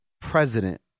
president